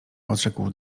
odrzekł